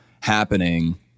happening